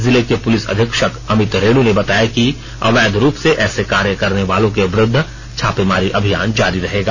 जिले के पुलिस अधीक्षक अमीत रेणू ने बताया कि अवैध रूप से ऐसे कार्य करने वालों के विरूद्व छापेमारी अभियान जारी रहेगा